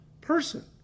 person